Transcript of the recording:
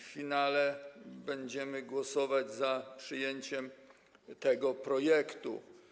W finale będziemy głosować za przyjęciem tego projektu.